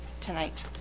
tonight